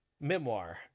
memoir